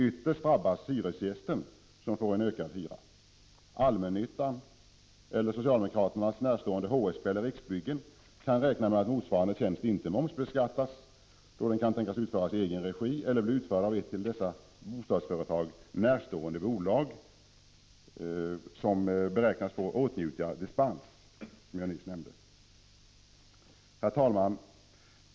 Ytterst drabbas hyresgästen, som får en ökad hyra. Allmännyttan eller socialdemokraterna närstående HSB eller Riksbyggen kan räkna med att motsvarande tjänst inte momsbeskattas, då den kan tänkas utföras i egen regi eller bli utförd av ett dessa bostadsföretag närstående bolag, som beräknas få åtnjuta dispens, som jag nyss nämnde. Herr talman!